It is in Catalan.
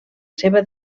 seva